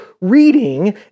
reading